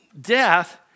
death